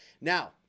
Now